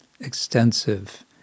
extensive